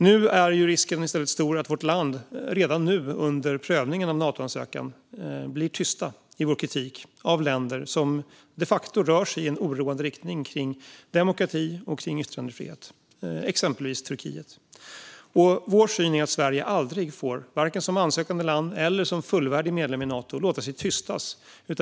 Nu är risken i stället stor att vårt land redan nu under prövningen av vår Natoansökan blir tyst i kritiken mot länder som de facto rör sig i en oroande riktning när det gäller demokrati och yttrandefrihet, exempelvis Turkiet. Vår syn är att Sverige aldrig, varken som ansökande land eller som fullvärdig medlem i Nato, får låta sig tystas.